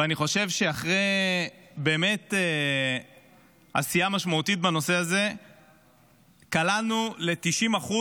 ואני חושב שאחרי באמת עשייה משמעותית בנושא הזה קלענו ל-90%